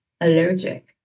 allergic